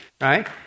right